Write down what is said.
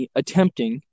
attempting